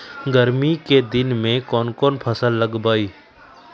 गर्मी के दिन में कौन कौन फसल लगबई?